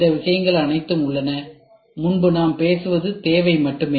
இந்த விஷயங்கள் அனைத்தும் உள்ளன முன்பு நாம் பேசுவது தேவை மட்டுமே